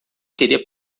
queria